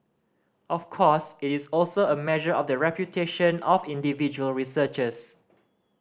of course it is also a measure of the reputation of individual researchers